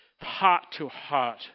heart-to-heart